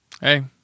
Hey